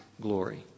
glory